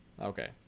Okay